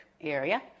area